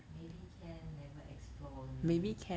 maybe can never explore only